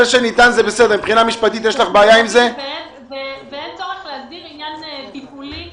ואין צורך להסדיר עניין תפעולי